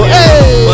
Hey